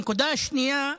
הנקודה השנייה,